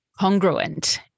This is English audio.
congruent